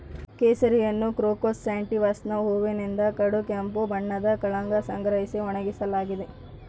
ಕೇಸರಿಯನ್ನುಕ್ರೋಕಸ್ ಸ್ಯಾಟಿವಸ್ನ ಹೂವಿನಿಂದ ಕಡುಗೆಂಪು ಬಣ್ಣದ ಕಳಂಕ ಸಂಗ್ರಹಿಸಿ ಒಣಗಿಸಲಾಗಿದೆ